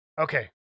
Okay